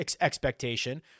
expectation